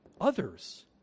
others